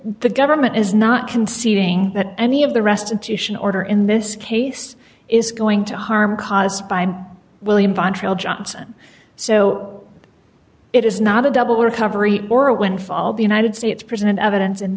the government is not conceding that any of the restitution order in this case is going to harm caused by william van trail johnson so it is not a double recovery or a windfall the united states present evidence in